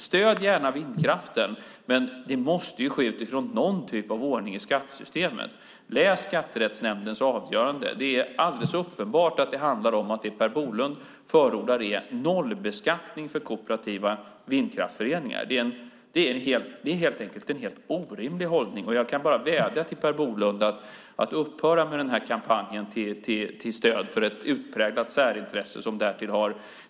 Stöd gärna vindkraften, men det måste ske utifrån någon ordning i skattesystemet. Läs Skatterättsnämndens avgörande. Det är alldeles uppenbart att det som Per Bolund förordar, nollbeskattning för kooperativa vindkraftsföreningar, är en helt orimlig hållning. Jag kan bara vädja till Per Bolund att upphöra med kampanjen till stöd för ett utpräglat särintresse.